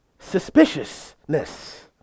Suspiciousness